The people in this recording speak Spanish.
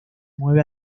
mueve